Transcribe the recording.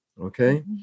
okay